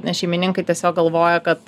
nes šeimininkai tiesiog galvoja kad